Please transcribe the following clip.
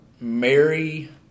Mary